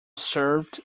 served